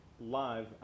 live